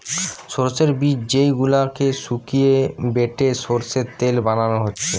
সোর্সের বীজ যেই গুলাকে শুকিয়ে বেটে সোর্সের তেল বানানা হচ্ছে